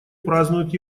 празднуют